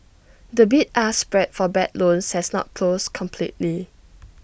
the bid ask spread for bad loans has not closed completely